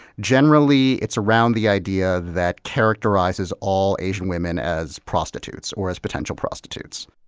generally it's around the idea that characterizes all asian women as prostitutes or as potential prostitutes.